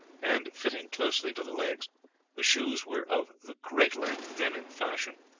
and fitting closely to the legs the shoes were of the great length then in fashion,